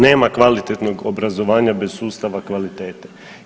Nema kvalitetnog obrazovanja bez sustava kvalitete.